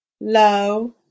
low